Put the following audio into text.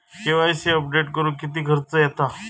KYC update करुक किती खर्च येता?